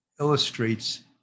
illustrates